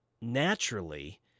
naturally